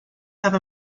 have